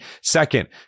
Second